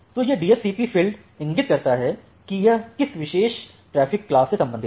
तो यह DSCP field इंगित करता है कि यह किस विशेष ट्रैफिक क्लास से संबंधित है